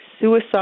suicide